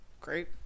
Great